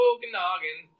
Okanagan